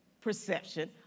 perception